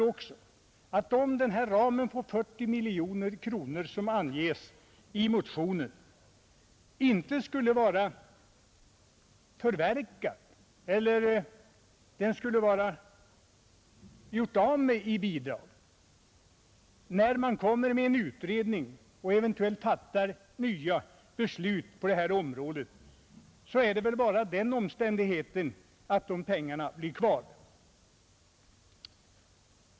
Om ramen på 40 miljoner kronor, som anges i motionen, inte skulle vara ianspråktagen när man gjort en utredning och eventuellt fattar nya beslut på det här området, är det väl bara så att pengarna finns kvar.